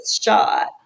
shot